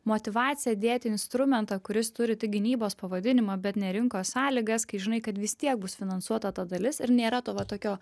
motyvacija dėti instrumentą kuris turi tik gynybos pavadinimą bet ne rinkos sąlygas kai žinai kad vis tiek bus finansuota ta dalis ir nėra to va tokio